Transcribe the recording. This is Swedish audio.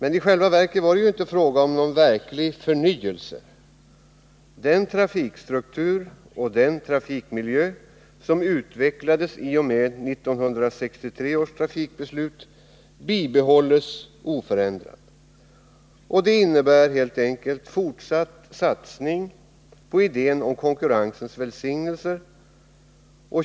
I själva verket var det inte fråga om någon verklig förnyelse. Den trafikstruktur och den trafikmiljö som utvecklades i och med 1963 års trafikbeslut bibehålles oförändrad. Det innebär fortsatt satsning på idén om konkurrensens välsignelser.